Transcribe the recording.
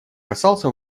касался